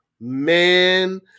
Man